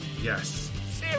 yes